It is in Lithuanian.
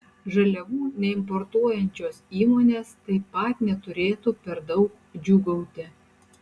žaliavų neimportuojančios įmonės taip pat neturėtų per daug džiūgauti